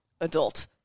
adult